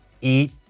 eat